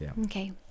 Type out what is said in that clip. Okay